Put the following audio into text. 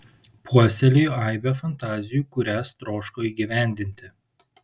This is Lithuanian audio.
puoselėjo aibę fantazijų kurias troško įgyvendinti